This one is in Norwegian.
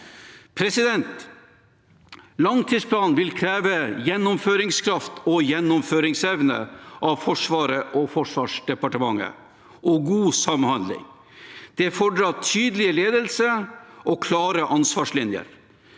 mislyktes. Langtidsplanen vil kreve gjennomføringskraft og gjennomføringsevne av Forsvaret og Forsvarsdepartementet og god samhandling. Det fordrer tydelig ledelse og klare ansvarslinjer.